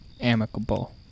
amicable